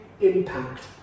impact